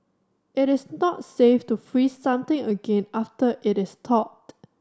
it is not safe to freeze something again after it is thawed